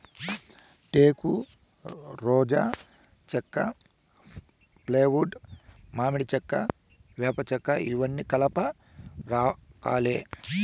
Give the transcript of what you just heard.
టేకు, రోజా చెక్క, ఫ్లైవుడ్, మామిడి చెక్క, వేప చెక్కఇవన్నీ కలప రకాలే